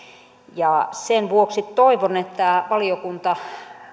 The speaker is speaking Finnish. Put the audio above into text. sen vuoksi toivon että valiokunta